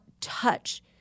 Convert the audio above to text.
touch